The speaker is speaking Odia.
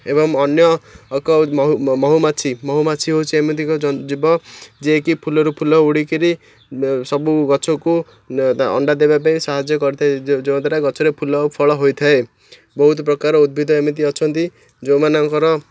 ଏବଂ ଅନ୍ୟ ଏକ ମହୁମାଛି ମହୁମାଛି ହେଉଛି ଏମିତି ଏକ ଜୀବ ଯିଏକି ଫୁଲରୁ ଫୁଲ ଉଡ଼ିକିରି ସବୁ ଗଛକୁ ଅଣ୍ଡା ଦେବା ପାଇଁ ସାହାଯ୍ୟ କରିଥାଏ ଯାଦ୍ୱାରା ଗଛରେ ଫୁଲ ଓ ଫଳ ହୋଇଥାଏ ବହୁତ ପ୍ରକାର ଉଦ୍ଭିଦ ଏମିତି ଅଛନ୍ତି ଯେଉଁମାନଙ୍କର